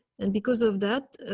and because of that,